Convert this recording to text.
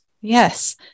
Yes